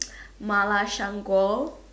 mala 香锅